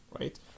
right